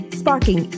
sparking